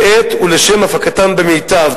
לשם הפקתם במיטב,